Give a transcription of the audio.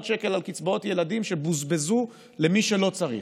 שקל על קצבאות ילדים שבוזבזו למי שלא צריך.